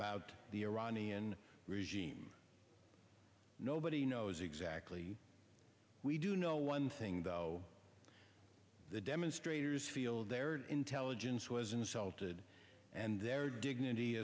about the iranian regime nobody knows exactly we do know one thing though the demonstrators feel their intelligence was insulted and their dignity